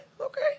okay